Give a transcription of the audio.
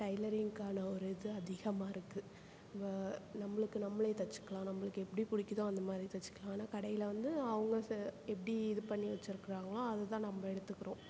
டைலரிங்குக்கான ஒரு இது அதிகமாக இருக்குது நம்மளுக்குத் நம்மளே தைச்சிக்கலாம் நம்மளுக்கு எப்படி பிடிக்கிதோ அந்த மாதிரி தைச்சிக்கலாம் ஆனால் கடையில் வந்து அவங்க ச எப்படி இது பண்ணி வெச்சுருக்காங்களோ அது தான் நம்ம எடுத்துக்கிறோம்